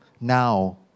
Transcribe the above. now